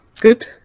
good